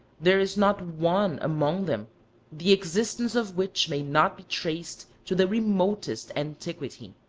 there is not one among them the existence of which may not be traced to the remotest antiquity.